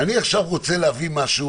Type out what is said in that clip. אני עכשיו רוצה להביא משהו